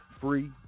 Free